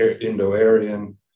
Indo-Aryan